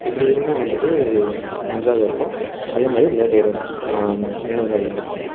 இப்படி இருந்தால் வந்துட்டு நன்றாக இருக்கும் அதேமாதிரி விளையாட்டு வீரர் நேரம் வந்து அதிகப்படுத்தணும்